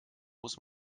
muss